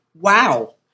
Wow